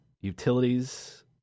utilities